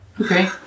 Okay